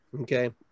okay